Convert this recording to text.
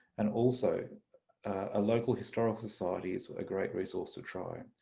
and also a local historical society is a great resource to try.